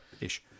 ish